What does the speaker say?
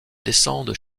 descendent